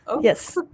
Yes